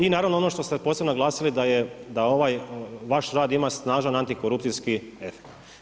I naravno ono što ste posebno naglasili da je ovaj vaš rad ima snažan antikorupcijski efekt.